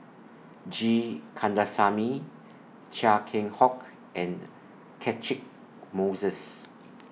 G Kandasamy Chia Keng Hock and Catchick Moses